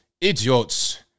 Idiots